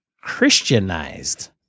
Christianized